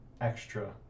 extra